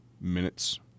minutes